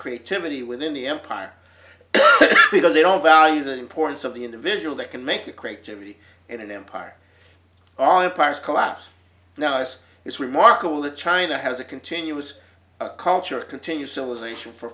creativity within the empire they don't value the importance of the individual that can make the creativity in an empire all empires collapse now us it's remarkable that china has a continuous culture continue civilization for